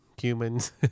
humans